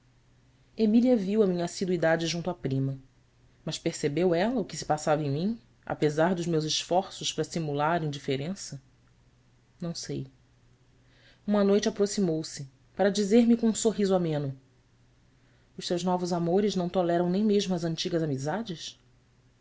emília viu a minha assiduidade junto à prima mas percebeu ela o que se passava em mim apesar dos meus esforços para simular indiferença não sei uma noite aproximou-se para dizer-me com um sorriso ameno s seus novos amores não toleram nem mesmo as antigas amizades